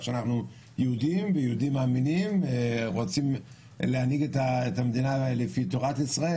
שאנחנו יהודים מאמינים שרוצים להנהיג את המדינה לפי תורת ישראל.